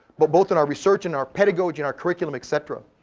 but both in our research, in our pedagogy, in our curriculum, etc.